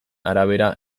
arabera